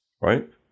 right